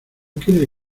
quiere